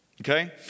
Okay